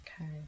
Okay